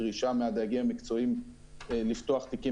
דרישה מהדייגים המקצועיים לפתוח תיקים